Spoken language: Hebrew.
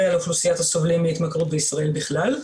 ועל אוכלוסיית הסובלים מהתמכרות בישראל בכלל,